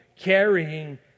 carrying